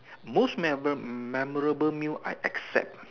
most memorable meal I accept ah